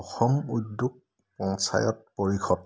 অসম উদ্যোগ পঞ্চায়ত পৰিষদ